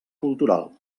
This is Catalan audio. cultural